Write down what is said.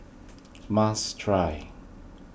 must try